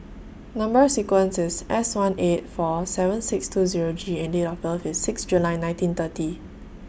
Number sequence IS S one eight four seven six two Zero G and Date of birth IS six July nineteen thirty